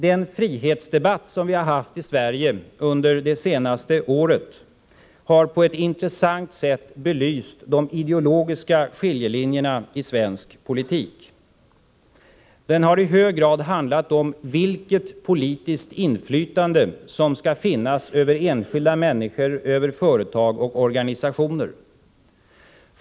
Den frihetsdebatt som vi har haft i Sverige under det senaste året har på ett intressant sätt belyst de ideologiska skiljelinjerna i svensk politik. Den har i hög grad handlat om vilket politiskt inflytande som skall finnas över enskilda människor, företag och organisationer.